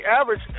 average